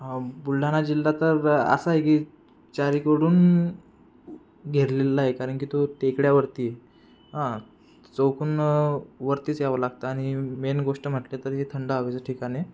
हां बुलढाणा जिल्हा तर असा आहे की चारीकडून घेरलेला आहे कारण की तो टेकड्यांवरती आहे आं चहूकन्न वरतीच यावं लागतं आणि मेन गोष्ट म्हटली तर हे थंड हवेचं ठिकाण आहे